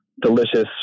delicious